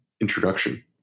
introduction